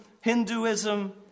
Hinduism